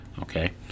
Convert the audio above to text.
Okay